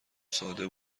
ساده